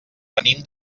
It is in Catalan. venim